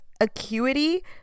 Acuity